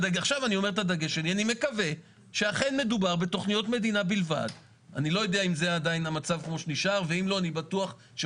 הדין הישראלי לא יוצר זיכה בין השאלה אם יש היתר זיקה בין